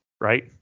Right